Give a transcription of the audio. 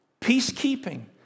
Peacekeeping